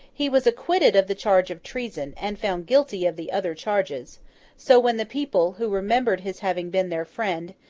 he was acquitted of the charge of treason, and found guilty of the other charges so when the people who remembered his having been their friend,